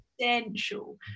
essential